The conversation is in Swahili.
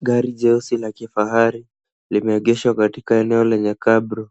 Gari jeusi la kifahari limeegeshwa katika eneo lenye cabro .